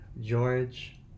George